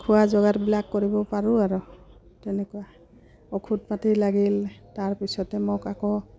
খোৱা যোগাৰবিলাক কৰিব পাৰোঁ আৰু তেনেকুৱা ঔষধ পাতি লাগিল তাৰ পিছতে মোক আকৌ